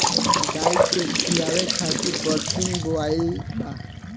गाई के खियावे खातिर बरसिंग बोआइल बा